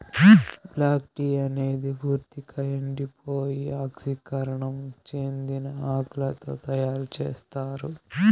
black tea అనేది పూర్తిక ఎండిపోయి ఆక్సీకరణం చెందిన ఆకులతో తయారు చేత్తారు